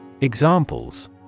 Examples